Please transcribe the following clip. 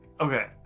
Okay